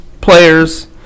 players